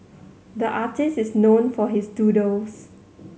the artist is known for his doodles